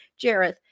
Jareth